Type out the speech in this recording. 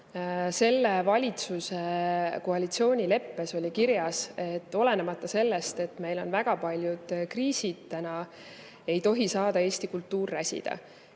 Selle valitsuse koalitsioonileppes oli kirjas, et vaatamata sellele, et meil on täna [mitu] kriisi, ei tohi Eesti kultuur räsida